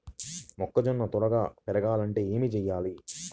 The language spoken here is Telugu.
మొక్కజోన్న త్వరగా పెరగాలంటే ఏమి చెయ్యాలి?